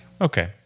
Okay